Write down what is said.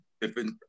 different